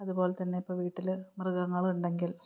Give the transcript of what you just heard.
അതുപോലെ തന്നെ ഇപ്പോള് വീട്ടില് മൃഗങ്ങളുണ്ടെങ്കിൽ